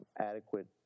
adequate